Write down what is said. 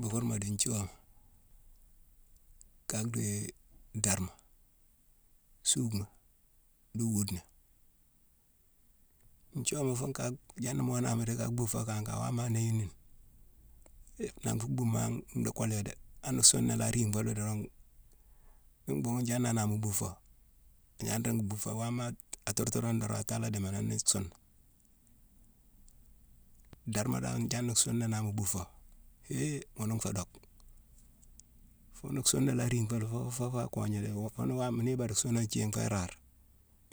Bukeurma di nthiuawama kaa dhii darma, suuma, di wuudena. Nthiuwama fune ka-jani mo mu nan mi ka bhuu fo kan kan wama anéyini ni. Nangh fu bhuuma ndhii koléyé dé. Anni suuna la riigh fa dorong, nii mbhuughune jaana anama buu fo, agnan ringi bhuu fo. Waama a turturani dorong, atala déminna ni suuna. Darma dan jani suuna naame buu fo. hé ghune nfé dock. Fune suuna laa riighe fo fo kogné dé. Oo fo ni wama ni ibade suunone thiigh fo irare,